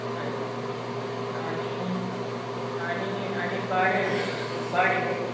हय आनी आनी आनी बाळे हाय बाळे हाय